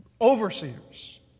overseers